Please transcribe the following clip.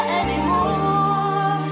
anymore